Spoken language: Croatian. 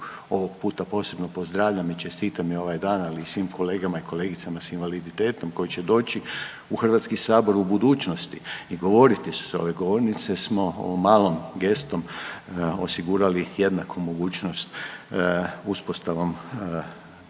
ovog puta posebno pozdravljam i čestitam joj ovaj dan, ali i svim kolegama i kolegicama s invaliditetom koji će doći u HS u budućnosti i govoriti sa ove govornice smo ovom malom gestom osigurali jednaku mogućnost uspostavom nove